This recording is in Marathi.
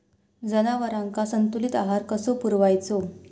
जनावरांका संतुलित आहार कसो पुरवायचो?